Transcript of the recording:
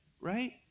right